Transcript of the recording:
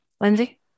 Lindsay